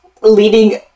leading